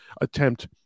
attempt